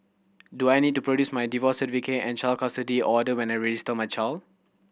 do I need to produce my divorce certificate and child custody order when I register my child